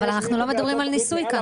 אבל אנחנו לא מדברים על ניסוי כאן.